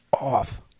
off